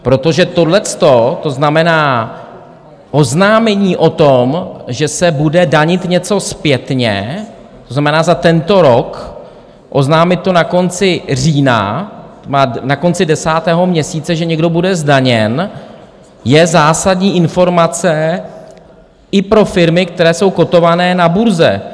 Protože tohleto, to znamená oznámení o tom, že se bude danit něco zpětně, to znamená za tento rok, oznámit to na konci října, na konci desátého měsíce, že někdo bude zdaněn, je zásadní informace i pro firmy, které jsou kótované na burze.